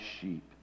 sheep